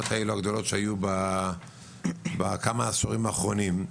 הגדולות הללו שהיו בכמה עשורים האחרונים.